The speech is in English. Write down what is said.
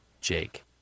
Jake